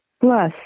plus